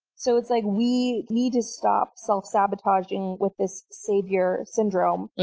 so it's like we need to stop self sabotaging with this savior syndrome.